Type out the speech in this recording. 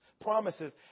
promises